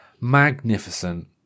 magnificent